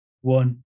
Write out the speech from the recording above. one